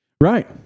Right